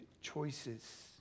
choices